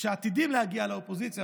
שעתידים להגיע לאופוזיציה,